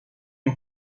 این